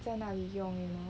在那里用 you know